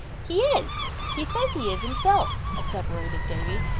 he is. he says he is himself, asseverated davy.